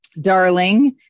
darling